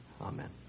Amen